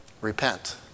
Repent